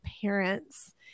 parents